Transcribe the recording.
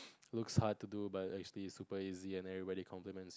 looks hard to do but actually it's super easy and everybody compliments